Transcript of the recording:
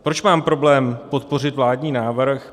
Proč mám problém podpořit vládní návrh?